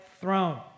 throne